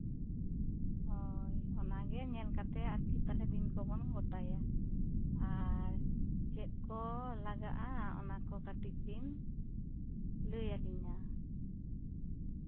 ᱦᱳᱭ ᱚᱱᱟᱜᱮ ᱛᱟᱦᱚᱞᱮ ᱧᱮᱞ ᱠᱟᱛᱮᱜ ᱫᱤᱱ ᱠᱚᱵᱚᱱ ᱜᱳᱴᱟᱭᱟ ᱟᱨ ᱪᱮᱫ ᱠᱚ ᱞᱟᱜᱟᱜᱼᱟ ᱚᱱᱟ ᱠᱚ ᱠᱟᱹᱴᱤᱡ ᱵᱤᱱ ᱞᱟᱹᱭ ᱟᱹᱞᱤᱧᱟ